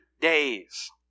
days